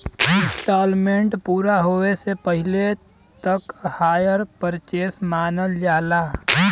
instalment पूरा होये से पहिले तक हायर परचेस मानल जाला